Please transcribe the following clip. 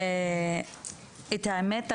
את האמת,